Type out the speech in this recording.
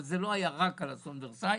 אבל זה לא היה רק על אסון ורסאי.